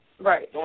Right